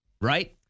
right